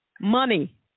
Money